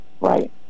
Right